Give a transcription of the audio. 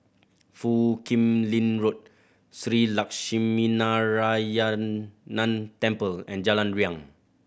Foo Kim Lin Road Shree Lakshminarayanan Temple and Jalan Riang